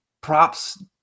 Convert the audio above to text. Props